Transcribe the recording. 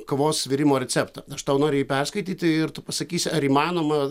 kavos virimo receptą aš tau noriu jį perskaityti ir tu pasakysi ar įmanoma